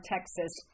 Texas